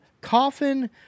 Coffin